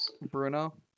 Bruno